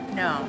no